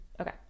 Okay